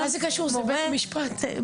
זה בית משפט לכל דבר.